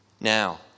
Now